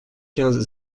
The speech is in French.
quinze